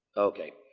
okay,